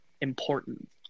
important